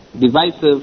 divisive